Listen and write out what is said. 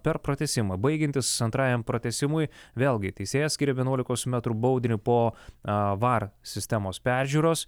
per pratęsimą baigiantis antrajam pratęsimui vėlgi teisėjas skyrė vienuolikos metrų baudinį po var sistemos peržiūros